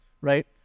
right